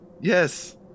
Yes